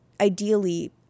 ideally